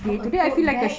or a tote bag